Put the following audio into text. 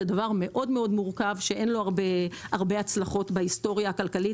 זה דבר מאוד מאוד מורכב שאין לו הרבה הצלחות בהיסטוריה הכלכלית,